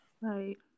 Right